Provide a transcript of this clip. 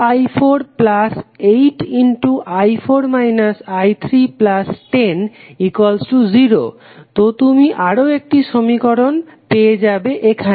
2i48i4 i3100 তো তুমি আরও একটি সমীকরণ পেয়ে যাবে এখানে